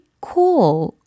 cool